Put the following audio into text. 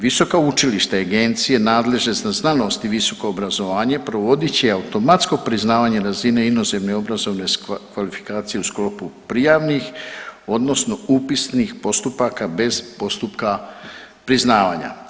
Visoka učilišta i agencije nadležna za znanost i visoko obrazovanje provodit će automatsko priznavanje razine inozemne obrazovne kvalifikacije u sklopu prijavnih odnosno upisnih postupaka bez postupka priznavanja.